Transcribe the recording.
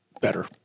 better